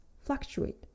fluctuate